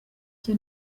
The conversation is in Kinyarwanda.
cye